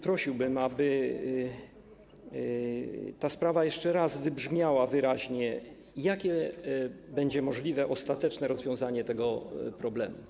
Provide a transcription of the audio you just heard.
Prosiłbym, aby ta sprawa jeszcze raz wybrzmiała wyraźnie: Jakie będzie możliwe ostateczne rozwiązanie tego problemu?